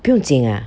不用紧 ah